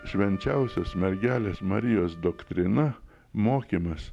švenčiausios mergelės marijos doktrina mokymas